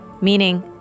meaning